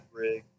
rig